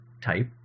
type